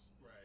Right